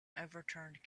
overturned